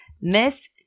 Miss